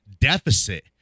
deficit